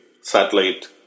satellite